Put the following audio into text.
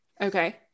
okay